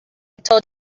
told